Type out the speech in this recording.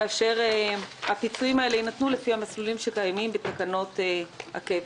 כאשר הפיצויים האלה יינתנו לפי המסלולים שקיימים בתקנות הקבע.